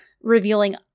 revealing